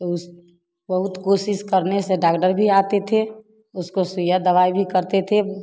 तो उस बहुत कोशिश करने से डागदर भी आते थे उसको सुइया दवाई भी करते थे